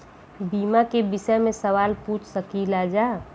बीमा के विषय मे सवाल पूछ सकीलाजा?